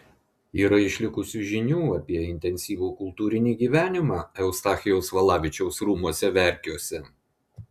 yra išlikusių žinių apie intensyvų kultūrinį gyvenimą eustachijaus valavičiaus rūmuose verkiuose